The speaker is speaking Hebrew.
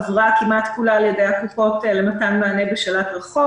עברה כמעט כולה על ידי הקופות למתן מענה בשלט רחוק.